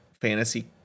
fantasy